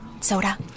Soda